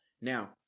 Now